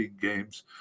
games